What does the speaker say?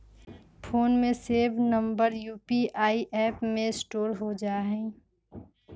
phone में save number UPI app में store हो जा हई